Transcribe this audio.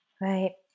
Right